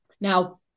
Now